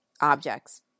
objects